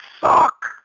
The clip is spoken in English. suck